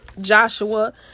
Joshua